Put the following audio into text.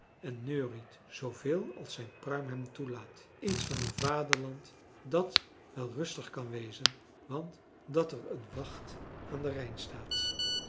en neuriet zooveel als zijn pruim hem toelaat iets van een vaderland dat wel rustig kan wezen want dat er een wacht aan den rijn staat